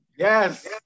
Yes